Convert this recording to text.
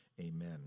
Amen